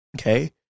Okay